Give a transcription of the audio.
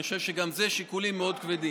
אני חושב שגם אלה שיקולים מאוד כבדים.